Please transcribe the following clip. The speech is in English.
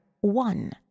one